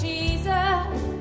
Jesus